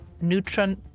neutron